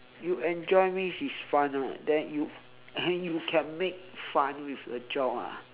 you enjoy means it's fun ah then you you can make fun with a job ah